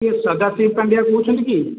କିଏ ସଦାଶିବ ପାଣ୍ଡ୍ୟା କହୁଛନ୍ତି କି